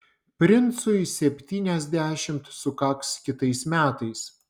princui septyniasdešimt sukaks kitais metais